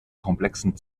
komplexen